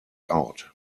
out